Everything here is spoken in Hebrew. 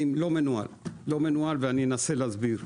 לא מנוהל ואני אנסה להסביר.